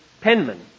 penman